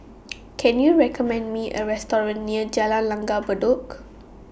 Can YOU recommend Me A Restaurant near Jalan Langgar Bedok